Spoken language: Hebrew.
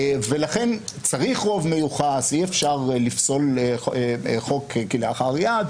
ולכן צריך רוב מיוחס, אי-אפשר לפסול חוק כלאחר יד,